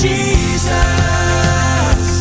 Jesus